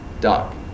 doc